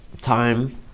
time